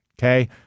okay